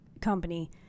company